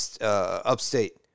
Upstate